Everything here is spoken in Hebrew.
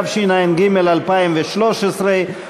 התשע"ג 2013,